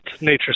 nature